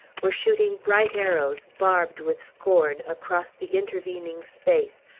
were shooting bright arrows, barbed with scorn, across the intervening space,